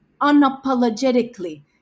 unapologetically